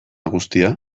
guztia